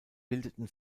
bildeten